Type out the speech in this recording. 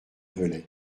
velay